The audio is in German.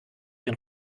den